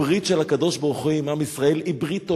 הברית של הקדוש-ברוך-הוא עם עם ישראל היא ברית עולם.